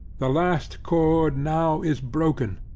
the last cord now is broken,